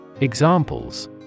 Examples